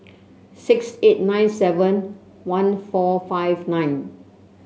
six eight nine seven one four five nine